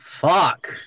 Fuck